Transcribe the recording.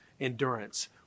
endurance